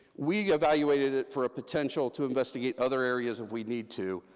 we evaluated it for a potential to investigate other areas, if we need to.